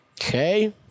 Okay